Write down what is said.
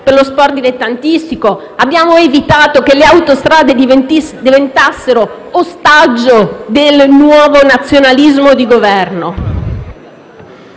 per quello dilettantistico. Abbiamo evitato che le autostrade diventassero ostaggio del nuovo nazionalismo del Governo.